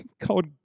called